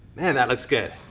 man, that looks good.